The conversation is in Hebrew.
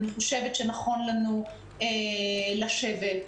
נכון לנו לשבת,